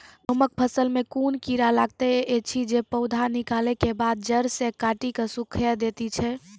गेहूँमक फसल मे कून कीड़ा लागतै ऐछि जे पौधा निकलै केबाद जैर सऽ काटि कऽ सूखे दैति छै?